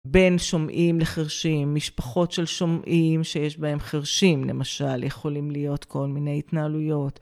בין שומעים לחרשים, משפחות של שומעים שיש בהם חרשים, למשל, יכולים להיות כל מיני התנהלויות